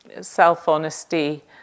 self-honesty